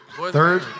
Third